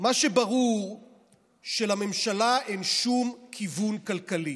מה שברור זה שלממשלה אין שום כיוון כלכלי.